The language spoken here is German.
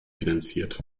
finanziert